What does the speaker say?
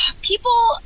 people